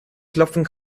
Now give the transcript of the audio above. klopfen